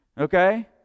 Okay